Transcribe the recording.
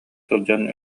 сылдьан